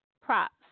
props